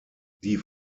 die